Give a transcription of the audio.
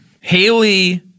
Haley